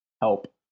help